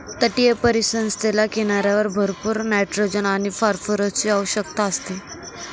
तटीय परिसंस्थेला किनाऱ्यावर भरपूर नायट्रोजन आणि फॉस्फरसची आवश्यकता असते